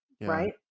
Right